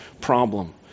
problem